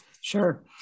Sure